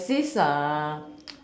there is this uh